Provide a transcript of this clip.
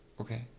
Okay